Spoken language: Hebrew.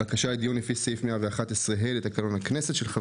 בקשה לדיון לפי סעיף-111 (ה) לתקנון הכנסת,